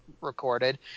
recorded